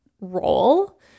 role